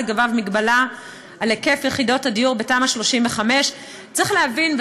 לגביו מגבלה על היקף יחידות הדיור בתמ"א 35. צריך להבין,